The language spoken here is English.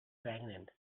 pregnant